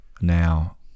Now